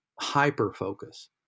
hyper-focus